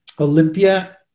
Olympia